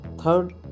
third